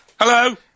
hello